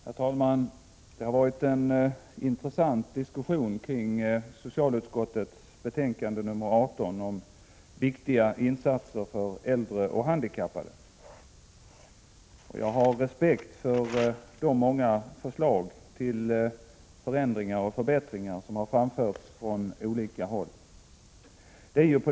Herr talman! Det har varit en intressant diskussion om socialutskottets betänkande nr 18 om viktiga insatser för äldre och handikappade. Jag har respekt för de många förslag till förändringar och förbättringar som har framförts från olika håll.